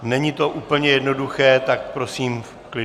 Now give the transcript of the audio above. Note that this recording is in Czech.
Není to úplně jednoduché, tak prosím v klidu.